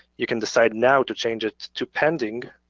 you can decide now to change it to pending.